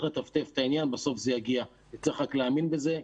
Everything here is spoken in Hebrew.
לטפטף את העניין בסוף זה יגיע וצריך רק להאמין בזה,